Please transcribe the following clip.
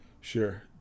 Sure